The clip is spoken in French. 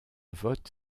vote